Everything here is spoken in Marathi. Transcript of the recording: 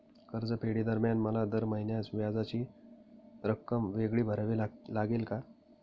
कर्जफेडीदरम्यान मला दर महिन्यास व्याजाची रक्कम वेगळी भरावी लागेल का?